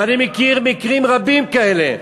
ואני מכיר מקרים רבים כאלה.